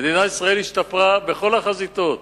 שמדינת ישראל השתפרה בכל החזיתות